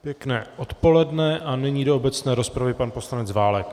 Pěkné odpoledne a nyní do obecné rozpravy pan poslanec Válek.